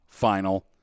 final